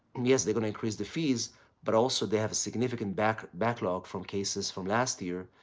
yes, they're going to increase the fees but also, they have a significant backlog backlog from cases from last year.